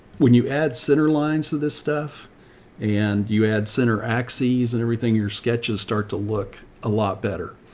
when you add center lines to this stuff and you add center axes and everything, your sketches start to look a lot better.